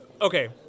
okay